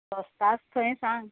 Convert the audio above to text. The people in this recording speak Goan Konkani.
गोस्त आसता थंय सांग